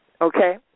okay